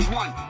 one